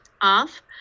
off